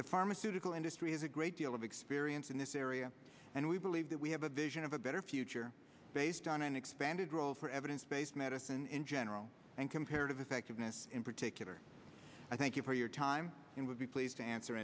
the pharmaceutical industry has a great deal of experience in this area and we believe that we have a vision of a better future based on an expanded role for evidence based medicine in general and comparative effectiveness in particular i thank you for your time and would be pleased answer